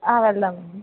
వెళ్దాం అండి